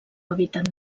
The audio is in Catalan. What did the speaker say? hàbitat